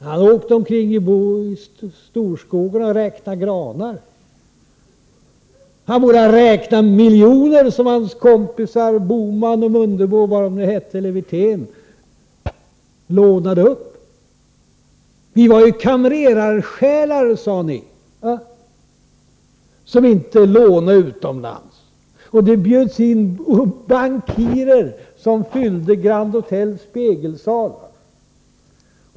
Han åkte omkring i storskogarna och räknade granar — han borde ha räknat miljoner, som hans kompisar Bohman, Mundebo och Wirtén lånade upp. Vi var kamrerarsjälar, sade ni, som inte lånade utomlands. Det bjöds in bankirer, som fyllde Grand Hotels spegelsal.